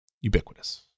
Ubiquitous